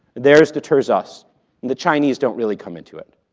theirs deters us, and the chinese don't really come into it,